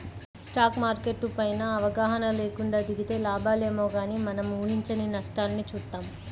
stock market పైన అవగాహన లేకుండా దిగితే లాభాలేమో గానీ మనం ఊహించని నష్టాల్ని చూత్తాం